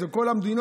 זה כל המדינות.